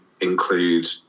include